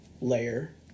layer